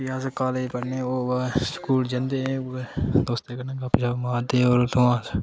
भी अस कालेज पढ़ने ओह् कुतै स्कूल जंदे हे कुतै दोस्तें कन्नै गपशप मारदे हे और उत्थुआं